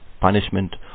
punishment